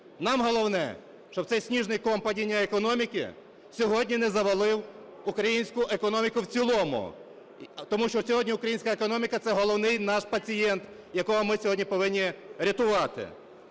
Нам головне, щоб цей сніжний ком падіння економіки сьогодні не завалив українську економіку в цілому, тому що сьогодні українська економіка – це головний наш пацієнт, якого ми сьогодні повинні рятувати.